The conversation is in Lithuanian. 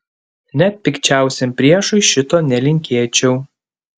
net pikčiausiam priešui šito nelinkėčiau